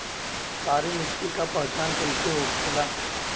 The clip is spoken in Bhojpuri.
सारी मिट्टी का पहचान कैसे होखेला?